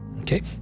Okay